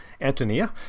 Antonia